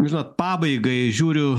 žinot pabaigai žiūriu